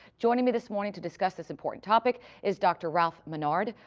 joining me this morning to discuss this important topic is dr. ralph menard,